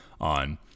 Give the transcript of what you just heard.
on